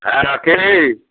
hello কে